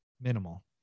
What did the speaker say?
minimal